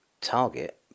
target